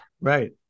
right